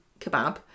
kebab